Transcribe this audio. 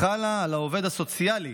חלה על העובד הסוציאלי